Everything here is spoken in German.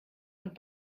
und